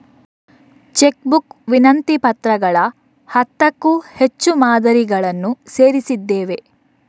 check book ವಿನಂತಿ ಪತ್ರಗಳ ಹತ್ತಕ್ಕೂ ಹೆಚ್ಚು ಮಾದರಿಗಳನ್ನು ಸೇರಿಸಿದ್ದೇವೆ